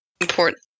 important